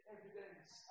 Evidence